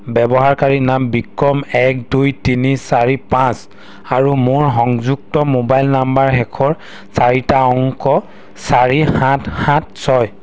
ব্যৱহাৰকাৰী নাম বিক্ৰম এক দুই তিনি চাৰি পাঁচ আৰু মোৰ সংযুক্ত মোবাইল নাম্বাৰ শেষৰ চাৰিটা অংক চাৰি সাত সাত ছয়